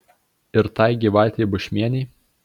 ir tai gyvatei bušmienei